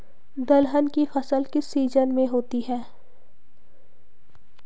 दलहन की फसल किस सीजन में होती है?